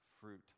fruit